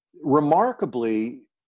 remarkably